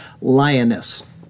lioness